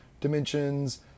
dimensions